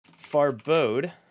Farbode